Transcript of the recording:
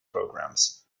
programmes